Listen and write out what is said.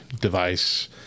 device